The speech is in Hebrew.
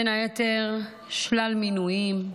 ובין היתר שלל מינויים,